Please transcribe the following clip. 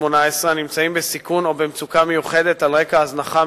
18 הנמצאים בסיכון או במצוקה מיוחדת על רקע הזנחה,